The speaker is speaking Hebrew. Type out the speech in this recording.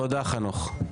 תודה, חנוך.